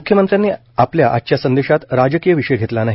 मुख्यमंत्र्यांनी आपल्या आजच्या संदेशात राजकीय विषय घेतला नाही